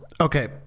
okay